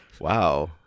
Wow